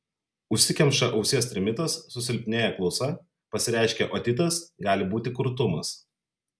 užsikemša ausies trimitas susilpnėja klausa pasireiškia otitas gali būti kurtumas